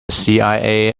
cia